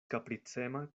kapricema